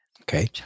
Okay